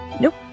nope